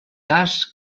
cas